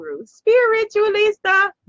spiritualista